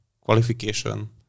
qualification